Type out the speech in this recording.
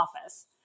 office